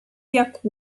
jak